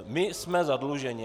My jsme zadluženi.